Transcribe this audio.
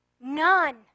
None